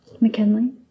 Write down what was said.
McKinley